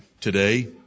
today